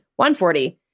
140